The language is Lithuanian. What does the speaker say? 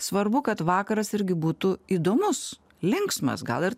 svarbu kad vakaras irgi būtų įdomus linksmas gal ir